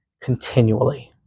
continually